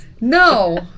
No